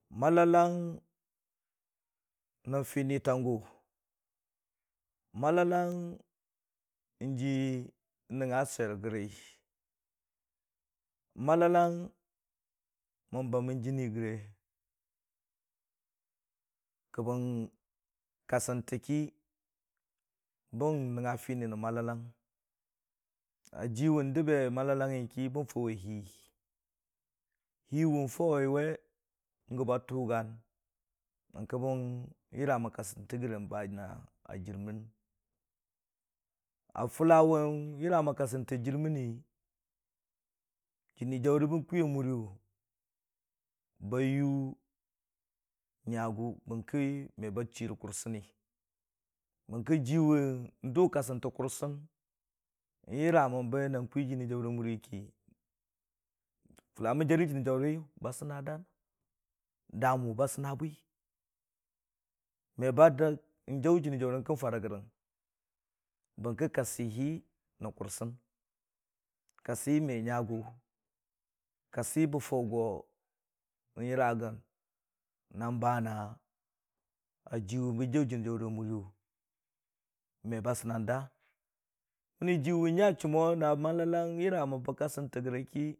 malalang rə fini tang gʊ malalang n'ji nəngngə swir gəri malalang man bəman jinii gəre kən kəsənta ki bən nəngngə fini nən malalang ə jiwʊn dəbe malalangngi ki bən fəʊwi hii. Hii wʊn fəʊ we we gə bə tʊgən yəng ke bə yərə ən kəsən ta gərəng bə nə ə jirmin ə fʊlawʊm yərə man kəsənta jir mani jinii jəʊri bənkwi ə muriyʊ bə yʊ nyəgʊ bərki mu bə chii rə kʊrsini bərki jiwe n'dʊ kəsinta kʊsən n'yərə man bə nə kwi jinii jəʊrə muri ki, fʊla man jərə jinii jəʊri bə sinnə dən, dəə mu bə sinə bwi me bə dəg n'jəʊri jinii jəʊri nyəngkə fərə gən bərki kəsəhi nən kʊrsin, kəsi me nyəgʊ kəsi bə fəʊ gʊ n; yərə gən nə bə nə jiwʊ bən jəʊ jinii jəʊri ə muriyʊ me bə sinnəng dəə wʊni jiwʊn nyə chʊmo nə malalang nə yərə man bə kəsing ta gərə ki.